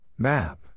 Map